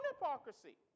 hypocrisy